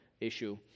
issue